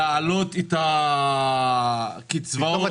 להעלות את קצבאות חברתי או לא חברתי?